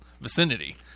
vicinity